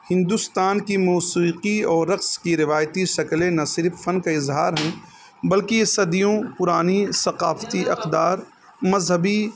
ہندوستان کی موسیقی اور رقص کی روایتی شکلیں نہ صرف فن کا اظہار ہیں بلکہ صدیوں پرانی ثقافتی اقدار مذہبی